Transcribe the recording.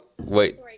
wait